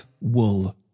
wool